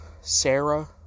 Sarah